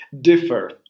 differ